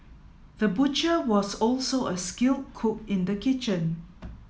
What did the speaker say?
the butcher was also a skilled cook in the kitchen